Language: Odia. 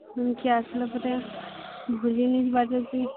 ଏଠି ଆସିଲା ପରେ ଭୂଲି ନେହିଁ ଯିବା ଯଦି